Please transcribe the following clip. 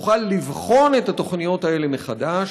תוכל לבחון את התוכניות האלה מחדש,